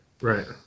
right